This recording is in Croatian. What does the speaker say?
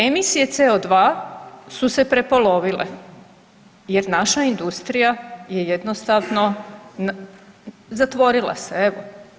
Emisije CO2 su se prepolovile jer naša industrija je jednostavno, zatvorila se, evo.